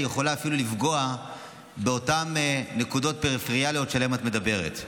היא יכולה אפילו לפגוע באותן נקודות פריפריאליות שעליהן את מדברת.